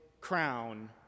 crown